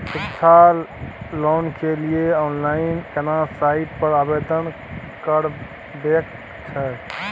शिक्षा लोन के लिए ऑनलाइन केना साइट पर आवेदन करबैक छै?